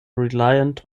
reliant